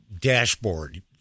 dashboard